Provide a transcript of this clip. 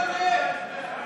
אנחנו באמצע ההצבעות.